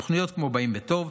תוכניות כמו "באים לטוב",